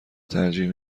ترجیح